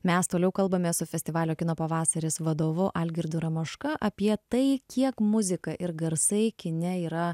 mes toliau kalbamės su festivalio kino pavasaris vadovu algirdu ramaška apie tai kiek muzika ir garsai kine yra